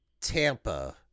Tampa